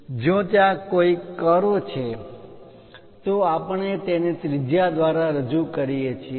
અને જો ત્યાં કોઈ કર્વ છે તો આપણે તેને ત્રિજ્યા દ્વારા રજૂ કરીએ છીએ